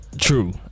True